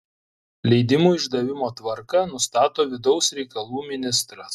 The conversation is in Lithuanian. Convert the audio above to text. leidimų išdavimo tvarką nustato vidaus reikalų ministras